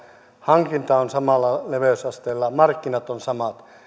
hankinta on samalla leveysasteella markkinat ovat samat